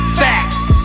facts